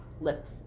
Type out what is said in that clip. lips